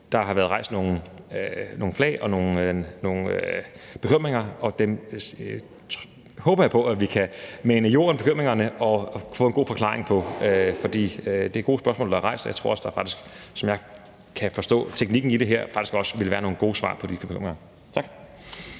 Der har været rejst nogle spørgsmål og udtrykt nogle bekymringer, og jeg håber, vi kan mane bekymringerne i jorden og få en god forklaring på dem, for det er gode spørgsmål, der er rejst, og som jeg kan forstå teknikken i det her, vil der også være nogle gode svar på de bekymringer. Tak.